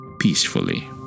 peacefully